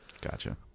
Gotcha